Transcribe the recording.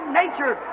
nature